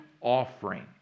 offering